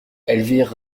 elvire